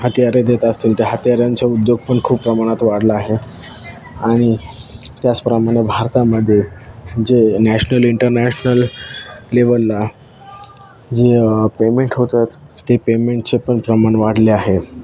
हत्यारे देत असतील त्या हत्यारांचा उद्योग पण खूप प्रमाणात वाढला आहे आणि त्याचप्रमाणे भारतामध्ये जे नॅशनल इंटरनॅशनल लेवलला जे पेमेंट होतात ते पेमेंटचे पण प्रमाण वाढले आहे